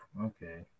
okay